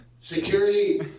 Security